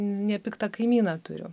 nepiktą kaimyną turiu